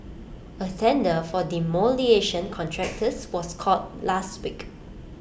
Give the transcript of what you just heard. A tender for demolition contractors was called last week